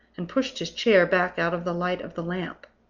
and pushed his chair back out of the light of the lamp.